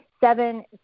Seven